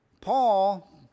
Paul